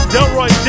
Delroy